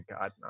God